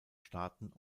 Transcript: staaten